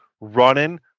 running